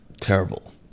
terrible